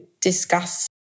discuss